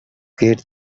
get